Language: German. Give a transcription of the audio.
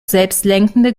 selbstlenkende